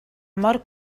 mor